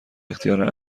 اختیار